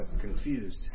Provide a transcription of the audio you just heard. confused